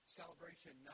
celebration